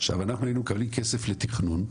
עכשיו אנחנו הינו מקבלים כסף לתכנון,